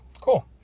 Cool